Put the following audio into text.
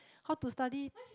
how to study